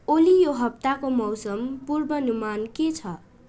ओली यो हप्ताको मौसम पुर्वानुमान के छ